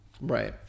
Right